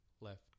left